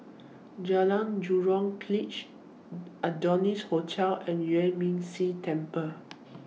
Jalan Jurong Adonis Hotel and Yuan Ming Si Temple